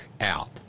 out